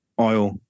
oil